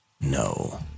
No